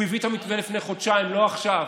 הוא הביא את המתווה לפני חודשיים, לא עכשיו.